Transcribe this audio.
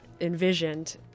envisioned